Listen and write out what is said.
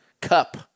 Cup